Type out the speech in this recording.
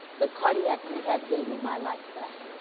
but cardiac rehab gave me my life back.